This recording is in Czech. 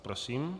Prosím.